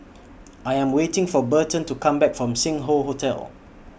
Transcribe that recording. I Am waiting For Berton to Come Back from Sing Hoe Hotel